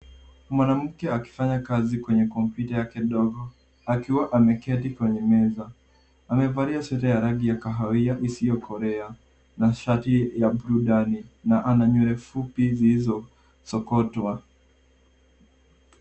Mwanamke akifanya kazi kwenye kompyuta yake ndogo, akiwa ameketi kwenye meza, amevalia sweater ya rangi ya kahawia, isokolea, na shati ya blue ndani, na ana nywele fupi zilizosokotwa.